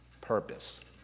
purpose